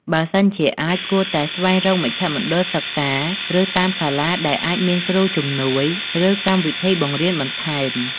បើសិនជាអាច គួរតែស្វែងរកមជ្ឈមណ្ឌលសិក្សា ឬតាមសាលាដែលអាចមានគ្រូជំនួយ ឬកម្មវិធីបង្រៀនបន្ថែម។